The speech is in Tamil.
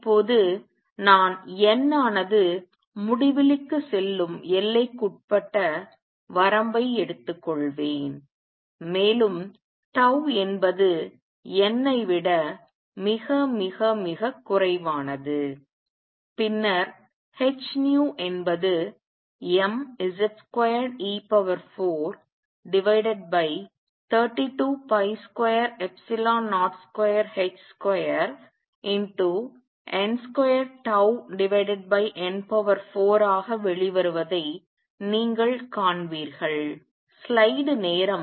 இப்போது நான் n ஆனது முடிவிலிக்கு செல்லும் எல்லைக்குட்பட்ட வரம்பை எடுத்துக்கொள்வேன் மேலும் tau என்பது n ஐ விட மிக மிக மிகக் குறைவானது பின்னர் h என்பது mZ2e432202h2n2τn4 ஆக வெளிவருவதை நீங்கள் காண்பீர்கள்